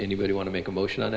anybody want to make a motion